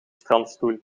strandstoel